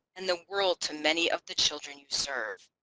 and the world to many of the children you serve.